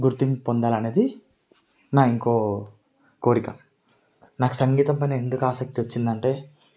గుర్తింపు పొందాలనేది నా ఇంకో కోరిక నాకు సంగీతం పైన ఎందుకు ఆసక్తి వచ్చిందంటే